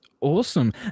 awesome